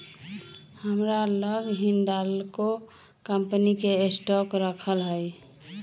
हमरा लग हिंडालको कंपनी के स्टॉक राखल हइ